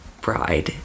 bride